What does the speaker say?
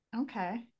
Okay